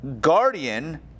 guardian